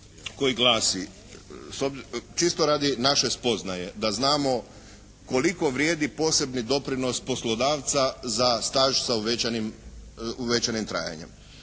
koji glasi, čisto radi naše spoznaje da znamo koliko vrijedi posebni doprinos poslodavca za staž sa uvećanim trajanjem.